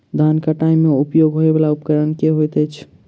धान कटाई मे उपयोग होयवला उपकरण केँ होइत अछि?